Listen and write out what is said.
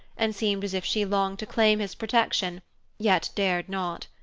and seemed as if she longed to claim his protection yet dared not.